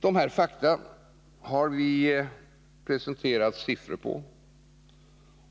Dessa fakta har vi presenterat siffror på,